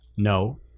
No